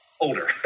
older